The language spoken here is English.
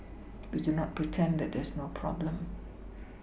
we do not pretend that there is no problem